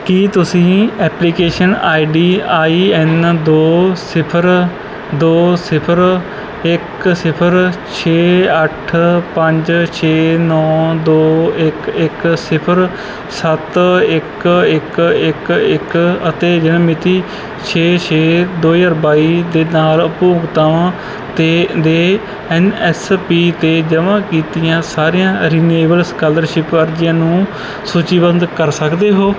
ਕੀ ਤੁਸੀਂ application I D I N ਦੋ ਸਿਫਰ ਦੋ ਸਿਫਰ ਇੱਕ ਸਿਫਰ ਛੇ ਅੱਠ ਪੰਜ ਛੇ ਨੌਂ ਦੋ ਇੱਕ ਇੱਕ ਸਿਫਰ ਸੱਤ ਇੱਕ ਇੱਕ ਇੱਕ ਇੱਕ ਅਤੇ ਜਨਮ ਮਿਤੀ ਛੇ ਛੇ ਦੋ ਹਜ਼ਾਰ ਬਾਈ ਦੇ ਨਾਲ ਉਪਭੋਗਤਾਵਾਂ ਤੇ ਦੇ ਐਨ ਐਸ ਪੀ 'ਤੇ ਜਮ੍ਹਾਂ ਕੀਤੀਆਂ ਸਾਰੀਆਂ ਰਿਨਿਵੇਲ ਸਕਾਲਰਸ਼ਿਪ ਅਰਜ਼ੀਆਂ ਨੂੰ ਸੂਚੀਬੱਧ ਕਰ ਸਕਦੇ ਹੋ